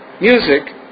music